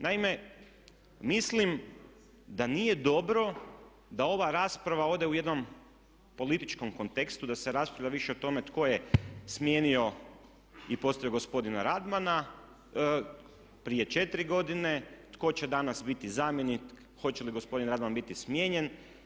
Naime, mislim da nije dobro da ova rasprava ode u jednom političkom kontekstu, da se raspravlja više o tome tko je smijenio i postavio gospodina Radmana prije četiri godine, tko će danas biti zamjenik, hoće li gospodin Radman biti smijenjen.